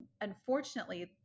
unfortunately